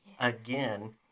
again